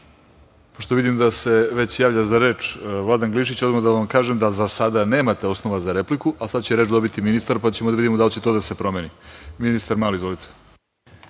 Pošto vidim da se već javlja za reč Vladan Glišić, odmah da vam kažem da za sada nemate osnova za repliku. Sad će reč dobiti ministar, pa ćemo da vidimo da li će to da se promeni. Reč ima ministar Mali. Izvolite.